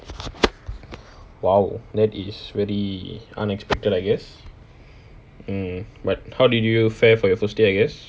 !wow! that is really unexpected I guess um but how did you fair for your first day I guess